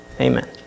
amen